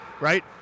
right